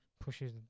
pushes